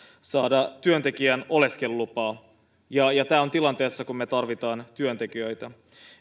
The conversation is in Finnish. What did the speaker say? saada työntekijän oleskelulupaa ja tämä tilanteessa kun me tarvitsemme työntekijöitä